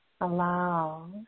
allow